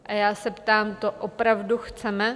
A já se ptám, to opravdu chceme?